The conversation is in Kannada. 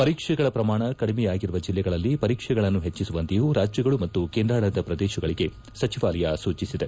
ಪರೀಕ್ಷೆಗಳ ಪ್ರಮಾಣ ಕಡಿಮೆಯಾಗಿರುವ ಜಿಲ್ಲೆಗಳಲ್ಲಿ ಪರೀಕ್ಷೆಗಳನ್ನು ಹೆಚ್ಚಿಸುವಂತೆಯೂ ರಾಜ್ಯಗಳು ಮತ್ತು ಕೇಂದ್ರಾಡಳಿತ ಪ್ರದೇಶಗಳಿಗೆ ಸಚಿವಾಲಯ ಸೂಚಿಸಿದೆ